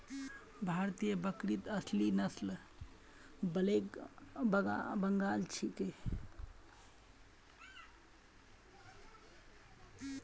भारतीय बकरीत असली नस्ल ब्लैक बंगाल छिके